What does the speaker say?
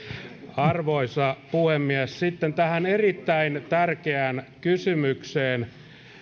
arvoisa puhemies sitten tähän erittäin tärkeään kysymykseen